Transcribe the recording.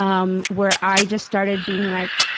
um where i just started being like,